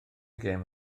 gêm